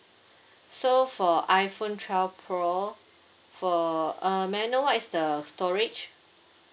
so for iphone twelve pro for uh may I know what is the storage